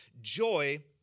joy